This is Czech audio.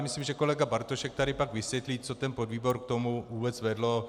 Myslím, že pan kolega Bartošek tady pak vysvětlí, co ten podvýbor k tomu vůbec vedlo.